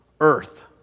earth